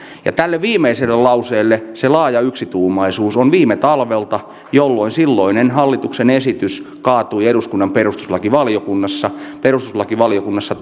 ja tälle viimeiselle lauseelle se laaja yksituumaisuus on viime talvelta jolloin silloinen hallituksen esitys kaatui eduskunnan perustuslakivaliokunnassa perustuslakivaliokunnassa